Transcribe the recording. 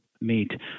meet